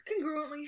congruently